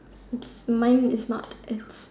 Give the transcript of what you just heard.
mine is not